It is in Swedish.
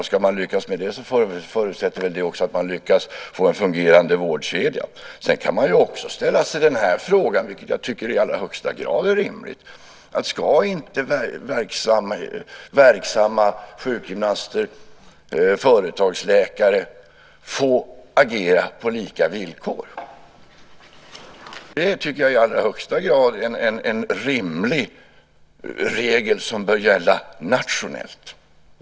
Om man ska lyckas med det, förutsätter det väl också att man lyckas få en fungerande vårdkedja. Sedan kan man också ställa sig frågan, vilket jag tycker är i allra högsta grad rimligt, om inte verksamma sjukgymnaster och företagsläkare ska få agera på lika villkor. Det tycker jag är en i allra högsta grad rimlig regel som bör gälla nationellt.